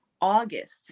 August